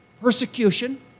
persecution